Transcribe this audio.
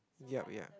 yup ya